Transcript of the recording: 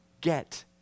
get